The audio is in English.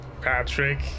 Patrick